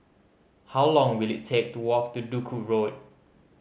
how long will it take to walk to Duku Road